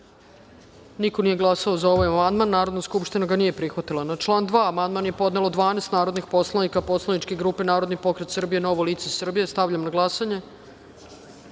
niko nije glasao za ovaj amandman. Narodna skupština ga nije prihvatila. Na član 2. amandman je podnelo 12. narodnih poslanika poslaničke grupe Narodni pokret Srbije – Novo lice Srbije. Stavljam na